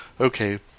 okay